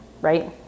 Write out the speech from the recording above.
Right